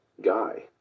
Guy